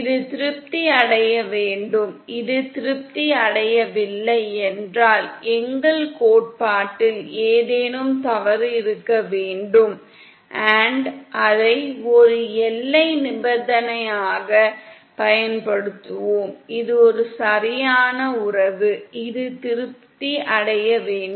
இது திருப்தி அடைய வேண்டும் இது திருப்தி அடையவில்லை என்றால் எங்கள் கோட்பாட்டில் ஏதேனும் தவறு இருக்க வேண்டும் அதை ஒரு எல்லை நிபந்தனையாகப் பயன்படுத்துவோம் இது ஒரு சரியான உறவு இது திருப்தி அடைய வேண்டும்